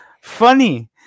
funny